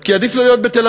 כי עדיף לו להיות בתל-אביב.